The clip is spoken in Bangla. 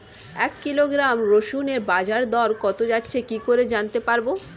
এক কিলোগ্রাম রসুনের বাজার দর কত যাচ্ছে কি করে জানতে পারবো?